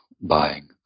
buying